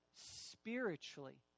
spiritually